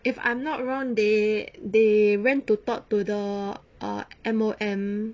if I'm not wrong they they went to talk to the err M_O_M